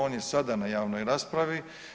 On je sada na javnoj raspravi.